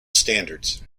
standards